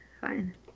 fine